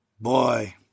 boy